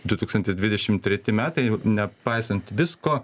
du tūkstantis dvidešimt treti metai jau nepaisant visko